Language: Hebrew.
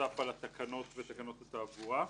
נוסף על התקנות ותקנות התעבורה.